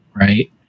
right